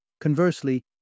Conversely